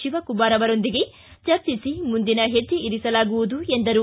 ಶಿವಕುಮಾರ ಅವರೊಂದಿಗೆ ಚರ್ಚಿಸಿ ಮುಂದಿನ ಹೆಜ್ಜೆ ಇರಿಸಲಾಗುವುದು ಎಂದರು